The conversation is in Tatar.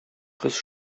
кыз